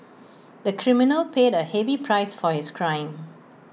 the criminal paid A heavy price for his crime